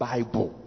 Bible